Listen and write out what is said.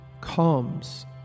comes